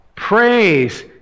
Praise